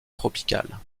tropicales